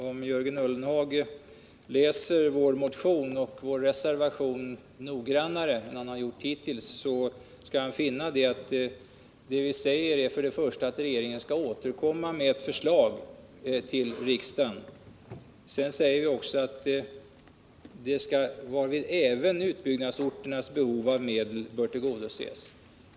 Om Jörgen Ullenhag läser vår motion och reservation noggrannare än hittills skall han finna att vi för det första säger att regeringen skall återkomma med ett förslag till riksdagen. För det andra säger vi att även utbyggnadsorternas behov av medel bör tillgodoses.